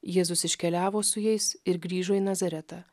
jėzus iškeliavo su jais ir grįžo į nazaretą